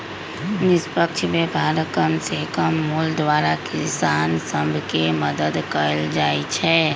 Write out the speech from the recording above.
निष्पक्ष व्यापार कम से कम मोल द्वारा किसान सभ के मदद कयल जाइ छै